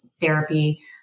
therapy